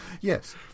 Yes